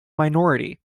minority